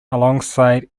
alongside